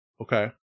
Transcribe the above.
Okay